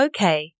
Okay